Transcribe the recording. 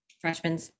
freshmen